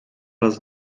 raz